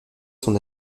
son